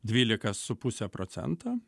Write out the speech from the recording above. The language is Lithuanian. dvylika su puse procento